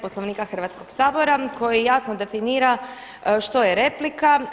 Poslovnika Hrvatskoga sabora koji jasno definira što je replika.